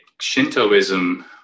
Shintoism